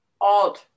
odd